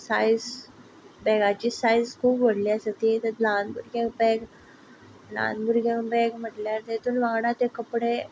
size बेगाची size खूब व्हडली आसा ती ल्हान भुरग्यांक बेग ल्हान भुरग्यांक बेग म्हटल्यार तेतून वांगडा ते कपडे